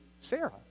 Sarah